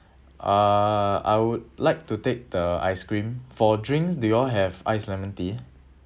uh I would like to take the ice cream for drinks do you all have iced lemon tea